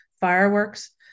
fireworks